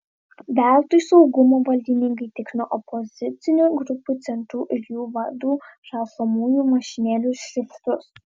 veltui saugumo valdininkai tikrino opozicinių grupių centrų ir jų vadų rašomųjų mašinėlių šriftus